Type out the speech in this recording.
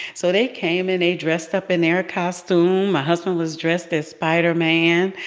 so they came, and they dressed up in their costume. my husband was dressed as spider-man.